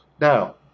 Now